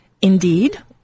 Indeed